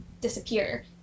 disappear